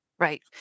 Right